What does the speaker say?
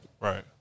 Right